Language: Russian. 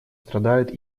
страдают